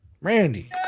Randy